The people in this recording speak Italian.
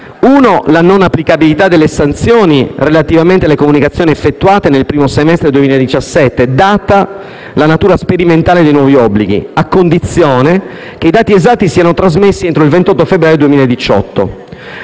la non applicabilità delle sanzioni relativamente alle comunicazioni effettuate nel primo semestre 2017, data la natura sperimentale dei nuovi obblighi, a condizione che i dati esatti siano trasmessi entro il 28 febbraio 2018;